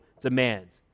demands